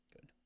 Good